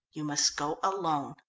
you must go alone.